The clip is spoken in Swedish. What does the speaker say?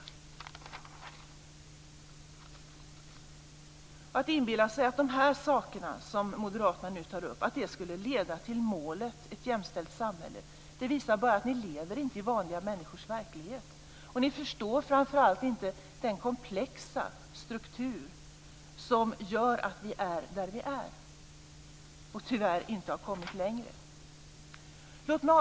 Om moderaterna inbillar sig att de saker som de nu tar upp skulle leda till målet ett jämställt samhälle visar det bara att ni inte lever i vanliga människors verklighet. Ni förstår framför allt inte den komplexa struktur som gör att vi är där vi är och tyvärr inte har kommit längre.